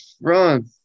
Run